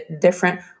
different